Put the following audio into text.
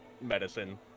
medicine